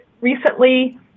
Recently